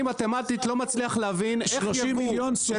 אני מתמטית לא מצליח להבין איך ייבוא של